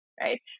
Right